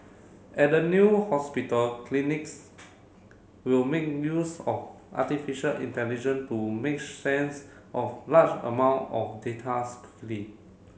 at the new hospital clinics will make use of artificial intelligent to make sense of large amount of datas quickly